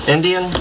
Indian